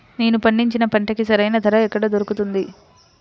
నేను పండించిన పంటకి సరైన ధర ఎక్కడ దొరుకుతుంది?